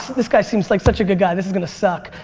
this guy seems like such a guy. this is gonna suck.